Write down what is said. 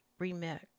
remix